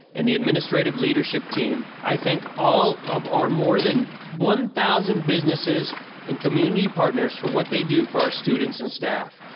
and the administrative leadership team, i thank all of our more than one thousand businesses and community partners for what they do for out students and staff.